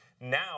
Now